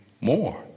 more